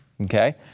okay